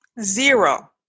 Zero